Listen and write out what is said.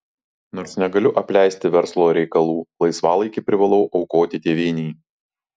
nors negaliu apleisti verslo reikalų laisvalaikį privalau aukoti tėvynei